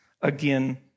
again